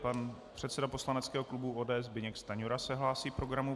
Pan předseda poslaneckého klubu ODS Zbyněk Stanjura se hlásí k programu.